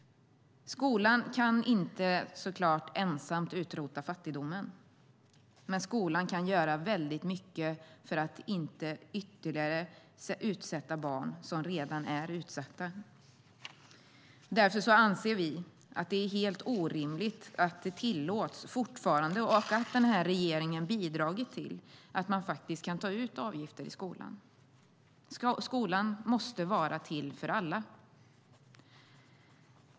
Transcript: Skolan kan såklart inte ensam utrota fattigdomen, men skolan kan göra mycket för att inte ytterligare utsätta barn som redan är utsatta. Därför anser vi att det är helt orimligt att det fortfarande är tillåtet att ta ut avgifter i skolan, och att regeringen bidragit till detta. Skolan måste vara till för alla.